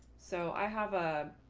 so i have a.